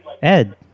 Ed